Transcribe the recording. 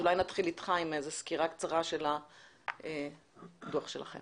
נתחיל איתך עם איזה סקירה קצרה של הדוח שלכם.